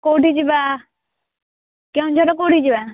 କେଉଁଠି ଯିବା କେଉଁଝରର କେଉଁଠି ଯିବା